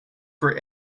for